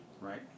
Right